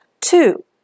Two